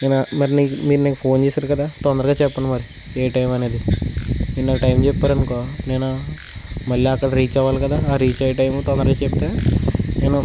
మరి నేను మీకు నేను ఫోన్ చేశాను కదా తొందరగా చెప్పండి మరి ఏ టైమ్ అనేది మీరు నాకు టైమ్ చెప్పారు అనుకో నేను మళ్ళీ అక్కడ రీచ్ అవ్వాలి కదా ఆ రీచ్ అయ్యే టైము తొందరగా చెబితే నేను